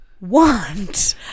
want